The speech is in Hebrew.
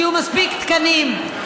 שיהיו מספיק תקנים.